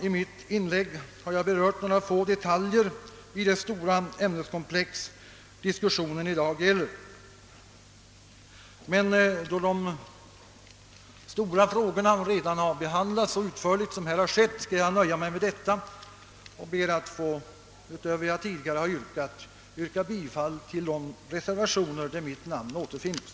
I mitt inlägg har jag berört några få detaljer i det stora ämneskomplex som diskussionen i dag gäller, men då de stora frågorna redan utförligt har behandlats, skall jag nöja mig med detta. Utöver vad jag tidigare har yrkat ber jag även att få yrka bifall till de reservationer, där mitt namn förekommer.